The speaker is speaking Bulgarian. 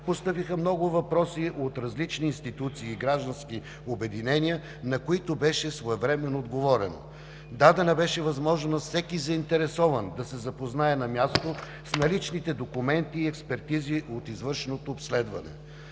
постъпиха много въпроси от различни институции и граждански обединения, на които беше своевременно отговорено. Дадена беше възможност на всеки заинтересован да се запознае на място с наличните документи и експертизи от извършеното обследване.